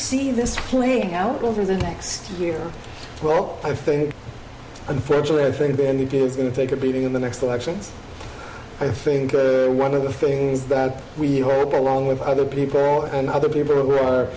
see this playing out over the next year well i think unfortunately i think the n d p is going to take a beating in the next elections i think one of the things that we hope along with other people and other people who are